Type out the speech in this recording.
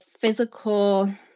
physical